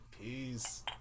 peace